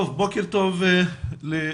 בוקר טוב לכולם.